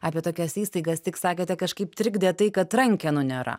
apie tokias įstaigas tik sakėte kažkaip trikdė tai kad rankenų nėra